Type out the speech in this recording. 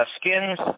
skins